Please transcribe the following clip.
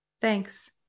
thanks